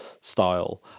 style